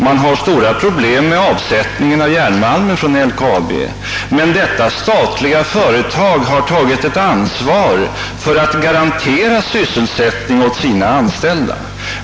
Man har stora problem med avsättningen av järnmalm från LKAB, men detta statliga företag har tagit ett ansvar för att garantera sysselsättning åt sina an ställda.